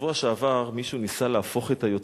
שבשבוע שעבר מישהו ניסה להפוך בו את היוצרות.